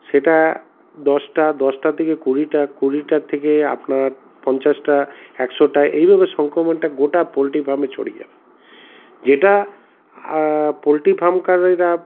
সেটা দশটা দশটা থেকে কুড়িটা কুড়িটার থেকে আপনার পঞ্চাশটা একশোটা এইভাবে সংক্রমণটা গোটা পোল্ট্রী ফার্মে ছড়িয়ে যায় যেটা পোল্ট্রী ফার্মকারীরা